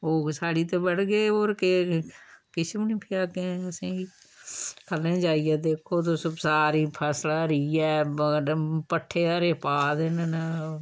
होग साढ़ी ते बड्ढगे होर केह् किश बी निं अग्गें असें गी ख'ल्लें जाइयै दिक्खो तुस सारी फसल हरी ऐ पट्ठे हरे पा दे न